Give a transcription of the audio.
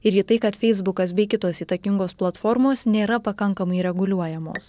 ir į tai kad feisbukas bei kitos įtakingos platformos nėra pakankamai reguliuojamos